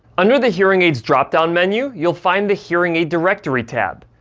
under the hearing aids dropdown menu, you'll find the hearing aid directory tab.